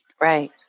Right